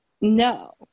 no